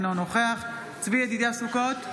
אינו נוכח צבי ידידיה סוכות,